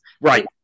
Right